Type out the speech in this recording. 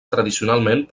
tradicionalment